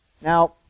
Now